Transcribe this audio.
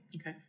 Okay